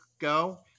go